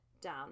down